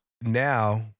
Now